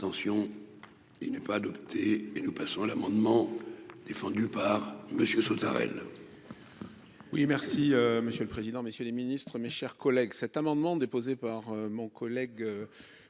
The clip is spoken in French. Abstention : il n'est pas adopté et nous passons à l'amendement défendu par Monsieur Sautarel.